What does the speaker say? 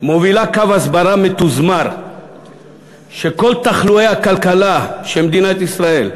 מובילה קו הסברה מתוזמר שכל תחלואי הכלכלה של מדינת ישראל,